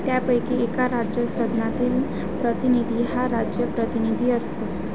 त्यापैकी एका राज्य सदनातील प्रतिनिधी हा राज्य प्रतिनिधी असतो